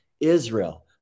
Israel